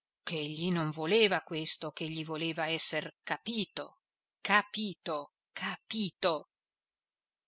furiosa ch'egli non voleva questo ch'egli voleva esser capito capito capito